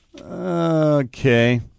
Okay